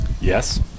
yes